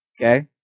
Okay